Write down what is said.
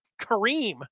Kareem